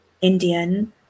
Indian